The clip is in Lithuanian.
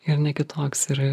ir ne kitoks ir